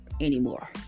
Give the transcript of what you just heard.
anymore